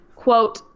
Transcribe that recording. Quote